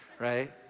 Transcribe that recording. Right